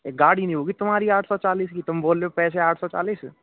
एक गाड़ी नहीं होगी तुम्हारी आठ सौ चालीस की तुम बोल रहे हो पैसे आठ सौ चालीस